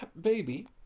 Baby